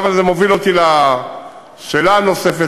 זה מוביל אותי לשאלה הנוספת,